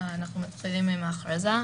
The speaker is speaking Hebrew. אנחנו מתחילים עם ההכרזה.